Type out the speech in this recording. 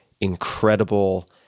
incredible